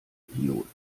piloten